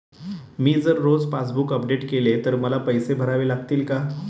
मी जर रोज passbook update केले तर मला पैसे भरावे लागतील का?